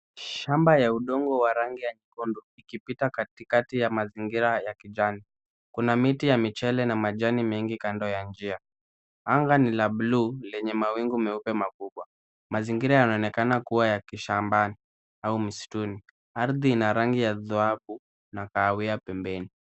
Shamba ya udongo wa rangi ya nyekundu ikipita katikati ya mazingira ya kijani, kuna miti ya michele na majani mengi kando ya njia, anga ni la bluu lenye mawingu meupe makubwa, mazingira yanaonekana kuwa ya kishambani au msituni, ardhi ina rangi ya dhahabu na kahawia pembeni.